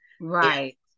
Right